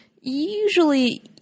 usually